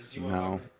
No